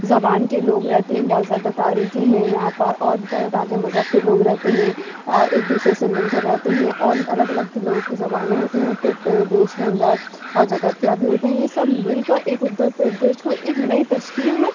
زبان کے لوگ رہتے ہیں بہت زیادہ تاریخیں ہیں یہاں پر اور طرح طرح کے مذہب کے لوگ رہتے ہیں اور ایک دوسرے سے مل کر رہتے ہیں اور الگ الگ کی لوگوں کی زبانیں ہوتی ہیں اتر پردیش کے اندر اور جغرافیہ بھی ہوتے ہیں یہ سب مل کر ایک اتر پردیش کو ایک نئی تشکیل میں